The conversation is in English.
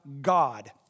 God